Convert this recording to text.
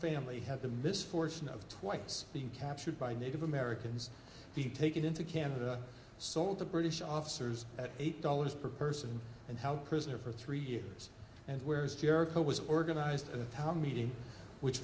family have the misfortune of twice being captured by native americans be taken into canada sold to british officers at eight dollars per person and how prisoner for three years and where is jericho was organized how many which